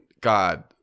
God